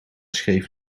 schreef